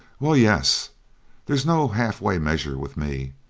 well, yes there's no half-way measures with me.